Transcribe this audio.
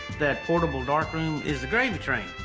that portable darkroom is a gravy train.